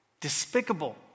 despicable